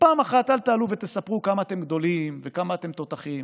שפעם אחת אל תעלו ותספרו כמה אתם גדולים וכמה אתם תותחים,